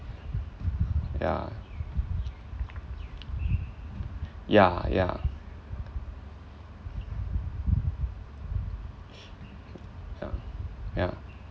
yeah yeah yeah yeah yeah